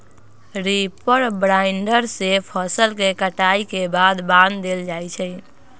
reaper binder से फसल के कटाई के बाद बान देल जाई छई